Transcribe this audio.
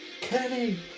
Kenny